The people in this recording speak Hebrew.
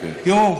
תראו,